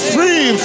Free